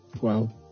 Wow